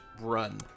run